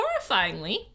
Horrifyingly